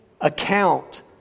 account